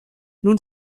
nun